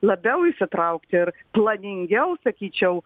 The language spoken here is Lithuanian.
labiau įsitraukti ir planingiau sakyčiau